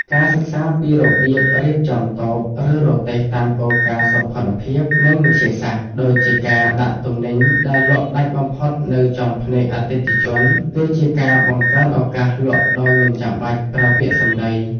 ការសិក្សាពីរបៀបរៀបចំតូប ឬរទេះតាមគោលការណ៍សោភ័ណភាព និងវិទ្យាសាស្ត្រ (ដូចជាការដាក់ទំនិញដែលលក់ដាច់បំផុតនៅចំភ្នែកអតិថិជន) គឺជាការបង្កើនឱកាសលក់ដោយមិនចាំបាច់ប្រើពាក្យសម្ដី។